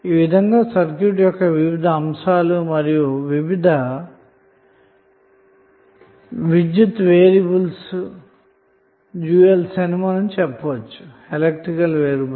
ఈ విధంగా సర్క్యూట్ యొక్క వివిధ అంశాలు మరియు వివిధ విద్యుత్ వేరియబుల్స్ డ్యూయల్స్ అని చెప్పవచ్చు